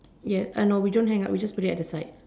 yes I know we don't hang out we just put it at the side